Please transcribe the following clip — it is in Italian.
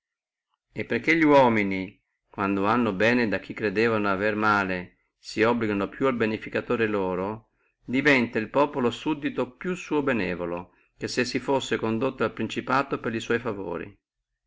e perché li uomini quando hanno bene da chi credevano avere male si obbligano più al beneficatore loro diventa el populo subito più suo benivolo che se si fussi condotto al principato con favori